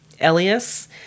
Elias